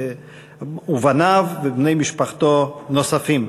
בניו ובני משפחה נוספים.